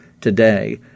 today